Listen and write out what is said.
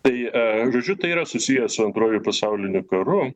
tai žodžiu tai yra susiję su antruoju pasauliniu karu